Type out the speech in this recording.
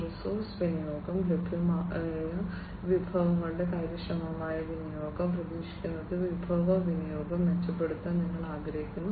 resource വിനിയോഗം ലഭ്യമായ വിഭവങ്ങളുടെ കാര്യക്ഷമമായ വിനിയോഗം പ്രതീക്ഷിക്കുന്നത് വിഭവ വിനിയോഗം മെച്ചപ്പെടുത്താൻ നിങ്ങൾ ആഗ്രഹിക്കുന്നു